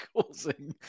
causing